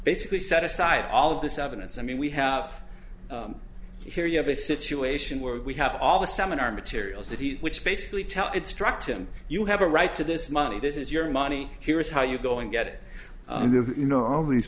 basically set aside all of this evidence i mean we have here you have a situation where we have all the seminar materials that he which basically tell it struck him you have a right to this money this is your money here's how you go and get it you know all these